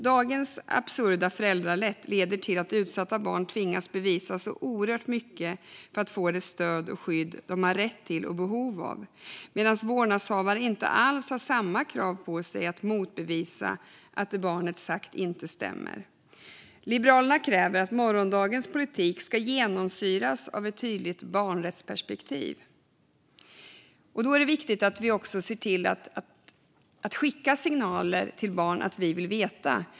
Dagens absurda föräldrarätt leder till att utsatta barn tvingas bevisa så oerhört mycket för att få det stöd och skydd de har rätt till och behov av. Samtidigt har vårdnadshavare inte alls samma krav på sig att bevisa att det barnet sagt inte stämmer. Liberalerna kräver att morgondagens politik ska genomsyras av ett tydligt barnrättsperspektiv. Därför är det viktigt att vi vuxna skickar signaler till barn om att vi vill veta.